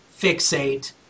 fixate